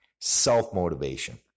Self-motivation